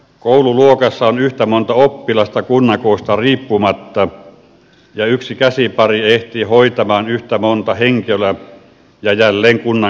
koululuokassa on yhtä monta oppilasta kunnan koosta riippumatta ja yksi käsipari ehtii hoitamaan yhtä monta henkilöä ja jälleen kunnan koosta riippumatta